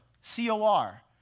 C-O-R